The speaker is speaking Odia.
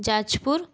ଯାଜପୁର